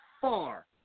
far